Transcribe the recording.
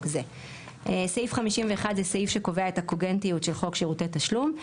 זה."; סעיף 51 זה סעיף שקובע את הקוגנטיות של חוק שירותי תשלום,